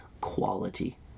quality